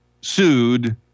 sued